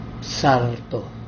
Salto